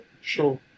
sure